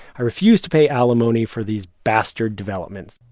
i refuse to pay alimony for these bastard developments.